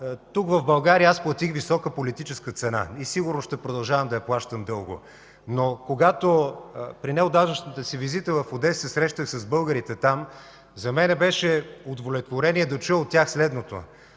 тук, в България, аз платих висока политическа цена и сигурно ще продължавам да я плащам дълго, но когато при неотдавнашната си визита в Одеса се срещах с българите там, за мен беше удовлетворение да чуя от тях следното: